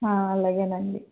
అలాగేనండి